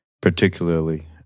particularly